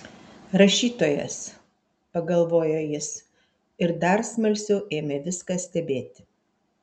rašytojas pagalvojo jis ir dar smalsiau ėmė viską stebėti